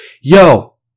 Yo